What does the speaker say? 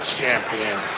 Champion